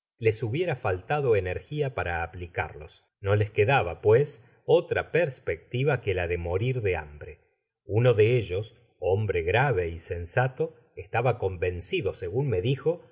les hubiera faltado energia para aplicarlos no les quedaba pues otra perspectiva que la de morir de hambre uno de ellos hombre grave y sensato estaba convencido segun me dijo que